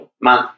Man